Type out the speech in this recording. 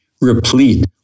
replete